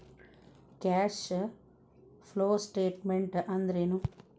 Cash flow statement ಅಂದ್ರೇನು?